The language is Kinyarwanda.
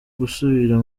gusubira